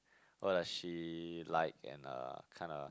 what does she like and uh kind a